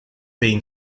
been